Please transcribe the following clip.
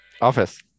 Office